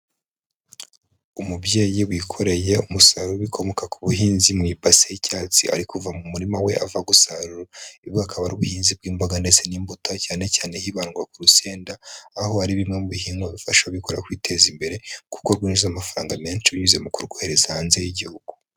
Umubyeyi wikoreye umusaruro w'ibikomoka ku buhinzi mu ibase y'icyatsi, ari kuva mu murima we ava gusarura. Ibi akaba ari ubuhinzi bw'imboga ndetse n'imbuto, cyane cyane hibandwa ku rusenda, aho ari bimwe mu bihingwa bifasha ababikora kwiteza imbere, kuko binjiza amafaranga menshi binyuze mu kurwohereza hanze y'Igihugu.